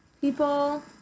People